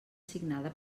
signada